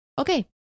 Okay